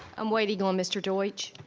i'm waiting on mr. deutsch.